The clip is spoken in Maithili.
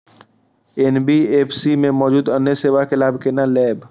एन.बी.एफ.सी में मौजूद अन्य सेवा के लाभ केना लैब?